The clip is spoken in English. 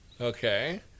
Okay